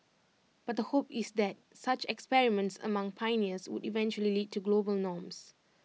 but the hope is that such experiments among pioneers would eventually lead to global norms